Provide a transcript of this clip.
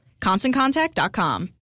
ConstantContact.com